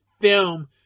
film